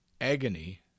agony